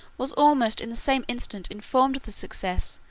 was almost in the same instant informed of the success,